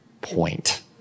point